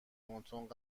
تندتند